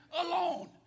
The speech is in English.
alone